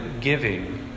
giving